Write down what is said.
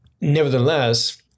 nevertheless